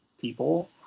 people